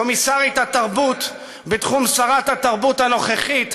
קומיסרית התרבות, שרת התרבות הנוכחית,